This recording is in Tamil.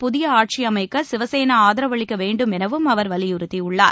புதிய ஆட்சியமைக்க சிவசேனா ஆதரவளிக்க வேண்டும் எனவும் அவர் வலியுறுத்தியுள்ளார்